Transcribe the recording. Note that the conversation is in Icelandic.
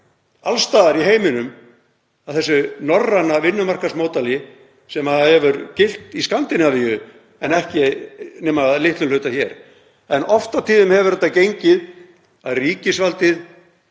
alls staðar í heiminum, af þessu norræna vinnumarkaðsmódeli sem hefur gilt í Skandinavíu en ekki nema að litlum hluta hér. En oft og tíðum hefur þetta gengið, að ríkisvaldið,